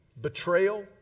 betrayal